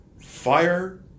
fire